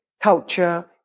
culture